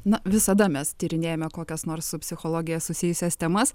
na visada mes tyrinėjame kokias nors su psichologija susijusias temas